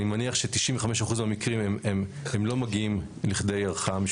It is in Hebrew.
אני מניח ש-95% מהמקרים הם לא מגיעים לכדי ערכאה משפטית.